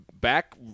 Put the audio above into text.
back